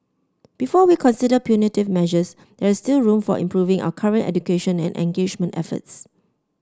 before we consider punitive measures there is still room for improving our current education and engagement efforts